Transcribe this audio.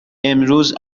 امروز